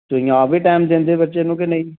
ਤੁਸੀਂ ਆਪ ਵੀ ਟਾਈਮ ਦਿੰਦੇ ਬੱਚੇ ਨੂੰ ਕਿ ਨਹੀਂ